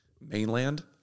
mainland